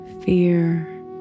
fear